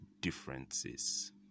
differences